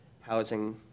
Housing